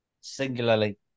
Singularly